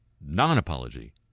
non-apology